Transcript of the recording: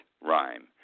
rhyme